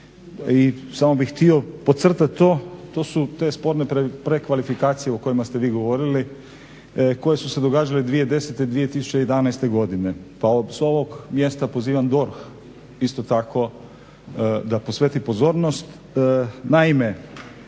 i samo bih htio podcrtati to, to su te sporne prekvalifikacije o kojima ste vi govorili, koje su se događale 2010., 2011. godine. Pa s ovog mjesta pozivam DORH isto tako da posveti pozornost.